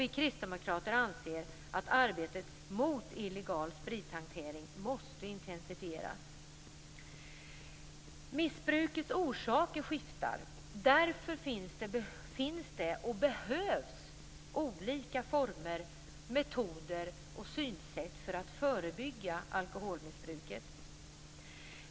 Vi kristdemokrater anser att arbetet mot illegal sprithantering måste intensifieras. Missbrukets orsaker skiftar. Därför finns det och behövs det olika former, metoder och synsätt för att förebygga alkoholmissbruket.